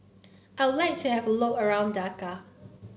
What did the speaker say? I like to have look around Dhaka